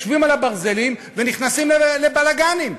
יושבים על הברזלים ונכנסים לבלגנים.